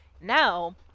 now